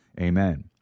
Amen